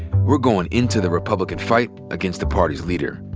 we're going into the republican fight against the party's leader.